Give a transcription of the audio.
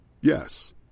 Yes